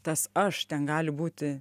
tas aš ten gali būti